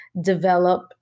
develop